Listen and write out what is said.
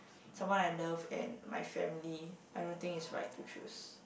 someone I love and my family I don't think is right to choose